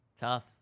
Tough